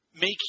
make